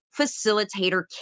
facilitator